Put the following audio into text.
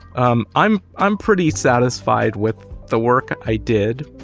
um i'm i'm pretty satisfied with the work i did.